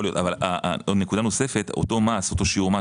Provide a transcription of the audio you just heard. יכול להיות אבל נקודה נוספת אותו שיעור מס